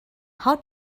how